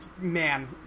man